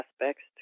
aspects